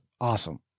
awesome